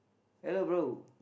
hello bro